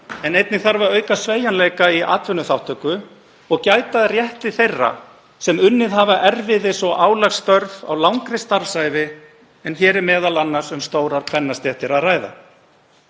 en einnig þarf að auka sveigjanleika í atvinnuþátttöku og gæta að rétti þeirra sem unnið hafa erfiðis- og álagsstörf á langri starfsævi, en hér er m.a. um stórar kvennastéttir að ræða.